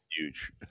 huge